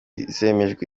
zemejwe